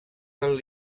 del